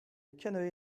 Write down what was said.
canoe